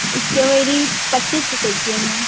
strawberry पच्चीस रुपये की है मैम